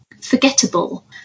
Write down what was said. forgettable